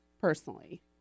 personally